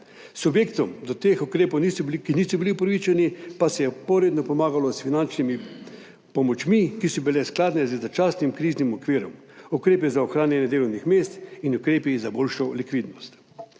Subjektom, ki do teh ukrepov niso bili upravičeni, pa se je vzporedno pomagalo s finančnimi pomočmi, ki so bile skladne z začasnim kriznim okvirom, ukrepi za ohranjanje delovnih mest in ukrepi za boljšo likvidnost.